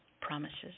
promises